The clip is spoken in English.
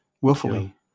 Willfully